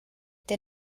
der